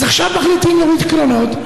אז עכשיו מחליטים להוריד קרונות,